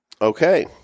Okay